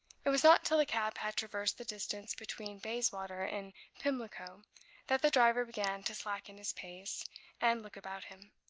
it was not till the cab had traversed the distance between bayswater and pimlico that the driver began to slacken his pace and look about him.